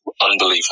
unbelievable